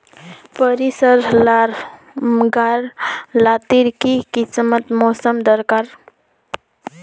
सरिसार ला गार लात्तिर की किसम मौसम दरकार?